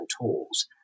tools